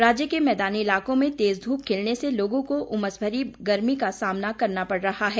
राज्य के मैदानी इलाकों में तेज धूप खिलने से लोगों को उमस भरी गर्मी का सामना करना पड़ रहा है